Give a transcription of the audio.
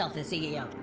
ah the ceo!